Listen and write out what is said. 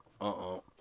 uh-oh